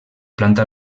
planta